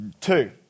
Two